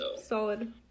solid